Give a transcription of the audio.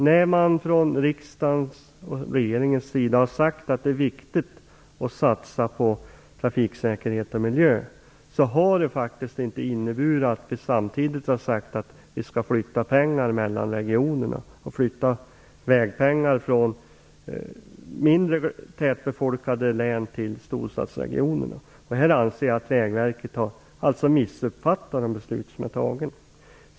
När man från riksdagens och regeringens sida sagt att det är viktigt att satsa på trafiksäkerhet och miljö har det inte inneburit att vi samtidigt sagt att vi skall flytta pengar mellan regionerna och flytta vägpengar från mindre tätbefolkade län till storstadsregionerna. Här anser jag att Vägverket har missförstått de beslut som har fattats.